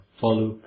follow